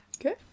Okay